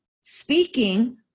speaking